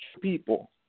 people